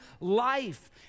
life